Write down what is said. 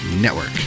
Network